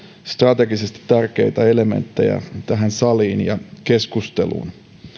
strategisesti tärkeitä elementtejä tähän saliin ja keskusteluun